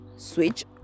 Switch